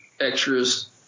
extras